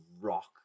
rock